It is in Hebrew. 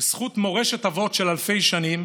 "בזכות מורשת אבות של אלפי שנים